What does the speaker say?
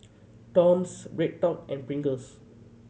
Toms BreadTalk and Pringles